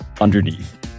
underneath